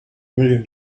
million